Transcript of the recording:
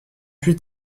huit